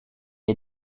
est